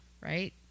right